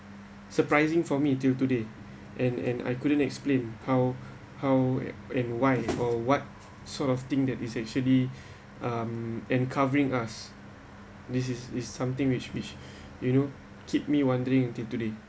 surprising for me till today and and I couldn't explain how how and why for what sort of thing that is actually um and covering us this is is something which which you know keep me wondering till today